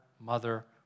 mother